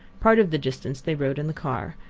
part of the distance they rode in the car,